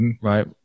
right